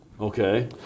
Okay